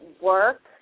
work